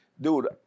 dude